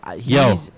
Yo